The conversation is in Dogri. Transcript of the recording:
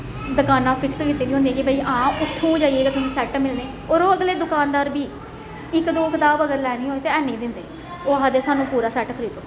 दकानां फिक्स कीती दी होंदी कि हां उत्थै जाइयै गै मिलने ओह् अगले दकानदार बी इक दो किताब अगर लेनी होऐ ते हैनी दिंदे ओह् आखदे सानूं पूरा सेट खरीदो